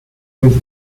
with